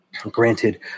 Granted